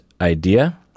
idea